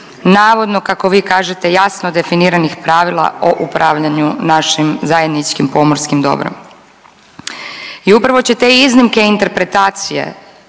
navodno kako vi kažete jasno definiranih pravila o upravljanju našim zajedničkih pomorskim dobrom. I upravo će te iznimke i interpretacije